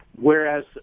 Whereas